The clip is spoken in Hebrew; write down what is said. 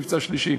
מבצע שלישי.